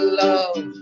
love